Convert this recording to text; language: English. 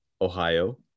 Ohio